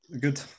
Good